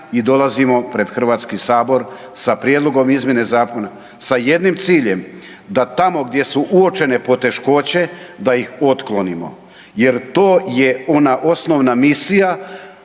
i dolazimo pred Hrvatski sabor sa Prijedlogom izmjene zakona sa jednim ciljem da tamo gdje su uočene poteškoće da ih otklonimo jer to je ona osnovna misija